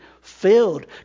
filled